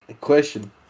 question